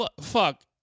fuck